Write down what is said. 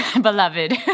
beloved